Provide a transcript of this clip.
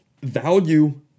value